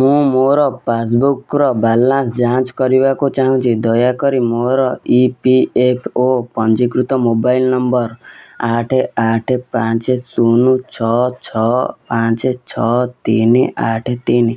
ମୁଁ ମୋର ପାସ୍ବୁକ୍ର ବାଲାନ୍ସ୍ ଯାଞ୍ଚ କରିବାକୁ ଚାହୁଁଛି ଦୟାକରି ମୋର ଇ ପି ଏଫ୍ ଓ ପଞ୍ଜୀକୃତ ମୋବାଇଲ ନମ୍ବର ଆଠ ଆଠ ପାଞ୍ଚ ଶୂନ ଛଅ ଛଅ ପାଞ୍ଚ ଛଅ ତିନି ଆଠ ତିନି